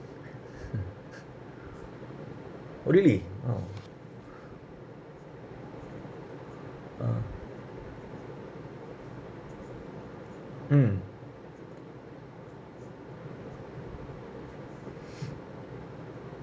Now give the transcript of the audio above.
only orh ah mm